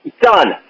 Done